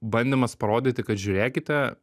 bandymas parodyti kad žiūrėkite